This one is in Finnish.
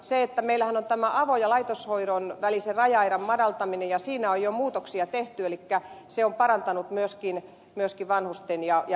meillähän on tämä avo ja laitoshoidon välisen raja aidan madaltaminen ja siinä on jo muutoksia tehty elikkä se on parantanut myöskin vanhusten ja pitkäaikaissairaitten asemaa